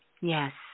Yes